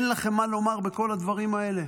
אין לכם מה לומר בכל הדברים האלה?